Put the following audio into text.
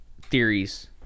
theories